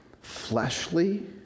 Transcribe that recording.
fleshly